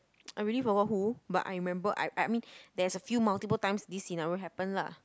I really forgot who but I remember I I mean there's a few multiple times this scenario happen lah